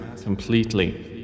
completely